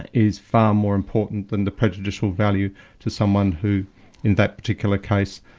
is far more important than the prejudicial value to someone who in that particular case,